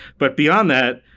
but beyond that,